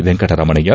Venkataramanaiah